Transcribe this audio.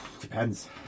depends